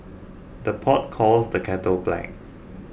the pot calls the kettle black